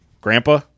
Grandpa